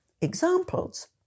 Examples